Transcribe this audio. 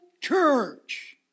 church